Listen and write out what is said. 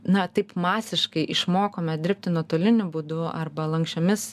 na taip masiškai išmokome dirbti nuotoliniu būdu arba lanksčiomis